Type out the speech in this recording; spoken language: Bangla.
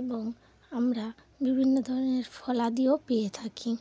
এবং আমরা বিভিন্ন ধরনের ফলাদিও পেয়ে থাকি